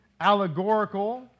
allegorical